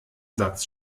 satz